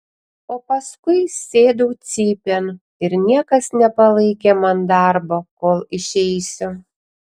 o paskui sėdau cypėn ir niekas nepalaikė man darbo kol išeisiu